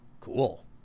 cool